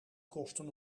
kosten